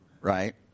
right